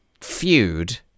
feud